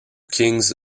kings